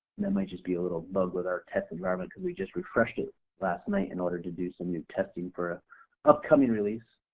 that might just be a little bug with our test environment because we just refreshed it last night in order to do some new testing for a upcoming release.